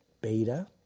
beta